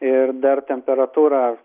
ir dar temperatūra